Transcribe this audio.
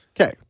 Okay